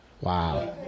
Wow